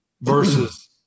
versus